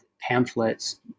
pamphlets